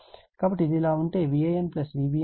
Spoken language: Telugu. కాబట్టి ఇది అలా ఉంటే Van Vbn Vcn 0 అవుతుంది